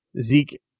Zeke